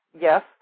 Yes